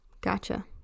Gotcha